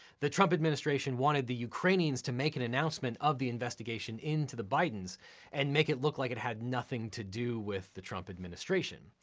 the trump administration wanted the ukrainians to make an announcement of the investigation into the bidens and make it look like it had nothing to do with the trump administration.